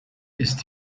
ist